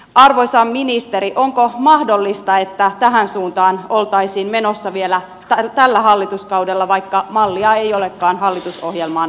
arvoisa ministeri onko mahdollista että tähän suuntaan oltaisiin menossa vielä tällä hallituskaudella vaikka mallia ei olekaan hallitusohjelmaan kirjattu